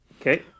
Okay